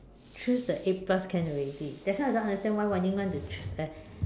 choose the eight plus can already that's why I don't understand why Wan-Ying want to ch~ uh